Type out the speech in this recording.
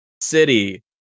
city